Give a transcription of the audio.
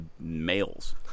males